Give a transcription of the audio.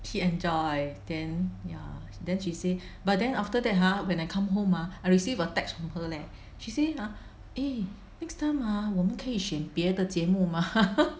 she enjoy I think ya then she say but then after that !huh! when I come home !huh! I received a text from her leh she say ah eh next time ah 我们可以选别的节目吗